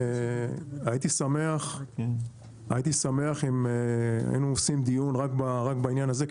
הייתי שמח אם היינו עושים דיון רק בעניין הזה,